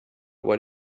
what